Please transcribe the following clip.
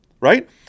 Right